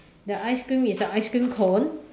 the ice cream is a ice cream cone